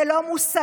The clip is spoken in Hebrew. זה לא מוסרי,